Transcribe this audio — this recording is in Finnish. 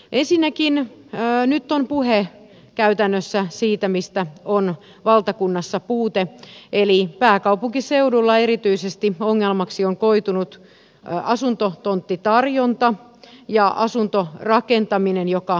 ensinnäkin nyt on puhe käytännössä siitä mistä on valtakunnassa puute eli erityisesti pääkaupunkiseudulla ongelmaksi on koitunut asuntotonttitarjonta ja asuntorakentaminen joka kangertelee